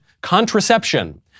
contraception